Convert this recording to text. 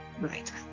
right